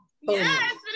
yes